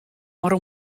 mar